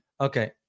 Okay